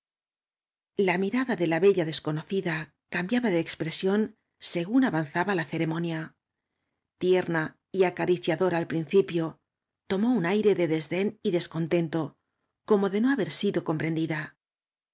la mirada de la bella desconocida cambiaba de expresión según avanzaba la ceremonia tierna y acariciadora al principio tomó un aire de desdén y descontento como de no haber smo comprendida